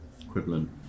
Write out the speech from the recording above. equivalent